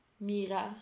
Mira